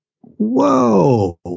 Whoa